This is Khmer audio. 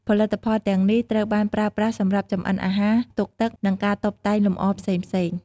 ផលិតផលទាំងនេះត្រូវបានប្រើប្រាស់សម្រាប់ចម្អិនអាហារ ផ្ទុកទឹក និងការតុបតែងលម្អផ្សេងៗ។